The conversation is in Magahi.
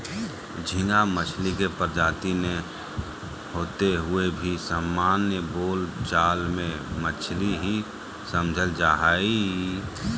झींगा मछली के प्रजाति नै होते हुए भी सामान्य बोल चाल मे मछली ही समझल जा हई